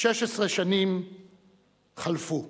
16 שנים חלפו,